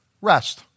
rest